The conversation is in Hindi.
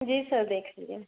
जी सर देख लीजिए